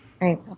Right